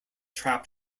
trap